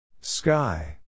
Sky